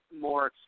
more